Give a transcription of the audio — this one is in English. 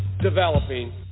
developing